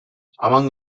among